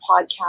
podcast